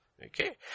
Okay